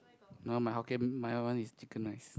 you want my Hokkien Mee my one is chicken rice